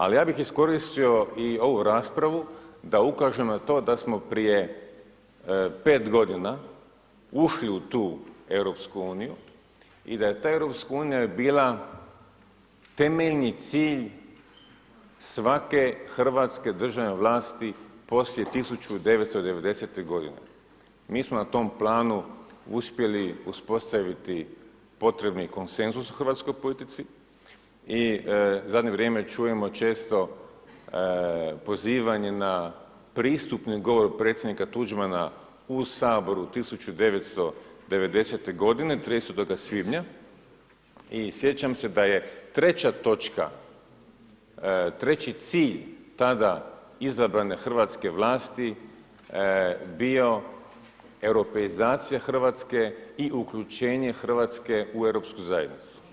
Ali ja bih iskoristio i ovu raspravu da ukažem na to da smo prije 5 g. ušli u tu EU i da ta EU je bila temeljni cilj svake hrvatske državne vlasti poslije 1990. g. Mi smo na tom planu uspjeli uspostaviti potrebni konsenzus u hrvatskoj politici i zadnje vrijeme čujemo često pozivanje na pristupni govor predsjednika Tuđmana u Saboru 1990. g. 30. svibnja, i sjećam se da je treća točka, treći cilj tada izabrane hrvatske vlasti bio europeizacija i uključenje Hrvatske u europsku zajednicu.